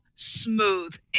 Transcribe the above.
smooth